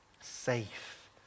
Safe